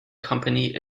company